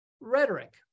Rhetoric